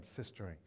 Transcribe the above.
sistering